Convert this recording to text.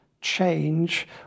change